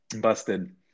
Busted